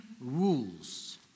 rules